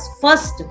first